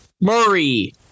Murray